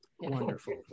Wonderful